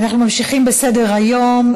אנחנו ממשיכים בסדר-היום.